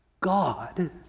god